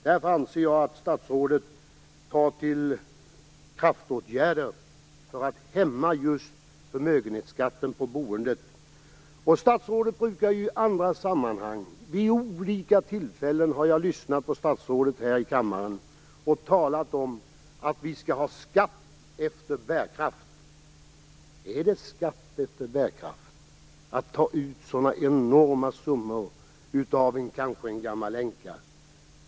Därför anser jag att statsrådet borde ta till kraftåtgärder för att hämma förmögenhetsskatten på boendet. Jag har lyssnat på statsrådet vid olika tillfällen här kammaren. Statsrådet brukar ju i andra sammanhang tala om att vi skall ha skatt efter bärkraft. Är det skatt efter bärkraft när man tar ut så enorma summor av t.ex. en gammal änka?